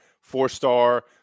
four-star